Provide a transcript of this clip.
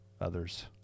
others